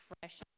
fresh